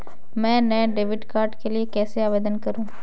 मैं नए debit card के लिए कैसे आवेदन करूं?